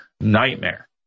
nightmare